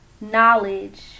knowledge